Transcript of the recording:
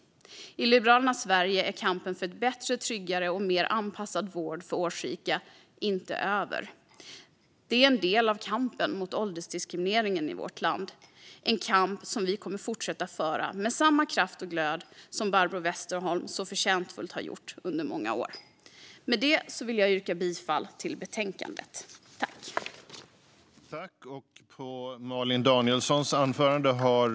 I Liberalernas Sverige är kampen för en bättre, tryggare och mer anpassad vård för årsrika inte över. Det är en del av kampen mot åldersdiskrimineringen i vårt land - en kamp som vi liberaler kommer att fortsätta föra med samma kraft och glöd som Barbro Westerholm så förtjänstfullt har gjort under många år. Med det vill jag yrka bifall till utskottets förslag i betänkandet.